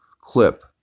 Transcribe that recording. clip